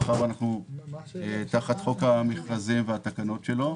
מאחר ואנחנו תחת חוק המכרזים והתקנות שלפיו,